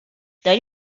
داری